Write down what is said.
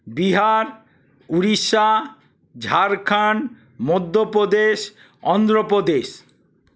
Bihar Orissa Jharkhand Madhya Pradesh Andhra Pradesh